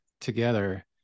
together